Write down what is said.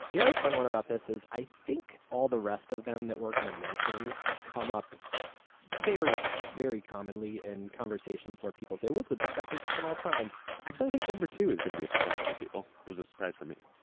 the other fun one about this is i think all the rest of them that we're going to mention come up very, very commonly in conversations where people say, aeuroewhat's the best acquisition of all time? i actually think number two is going to be a surprise for people. it was a surprise for me.